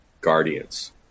Guardians